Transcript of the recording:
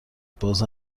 باز